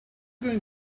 going